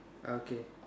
okay